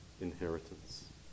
inheritance